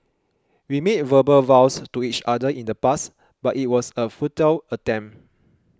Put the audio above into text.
we made verbal vows to each other in the past but it was a futile attempt